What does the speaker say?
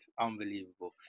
unbelievable